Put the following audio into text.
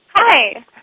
Hi